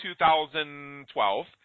2012